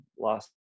lost